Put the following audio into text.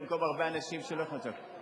אני צועק במקום הרבה אנשים שלא יכולים לצעוק.